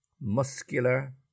muscular